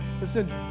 Listen